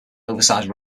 oversized